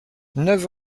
neuf